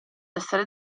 essere